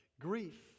Grief